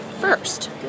first